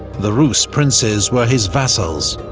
the rus princes were his vassals.